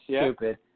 stupid